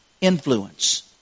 influence